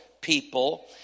people